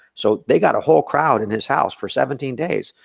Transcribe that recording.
so they got a whole crowd in his house for seventeen days.